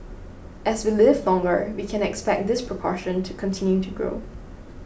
as we live longer we can expect this proportion to continue to grow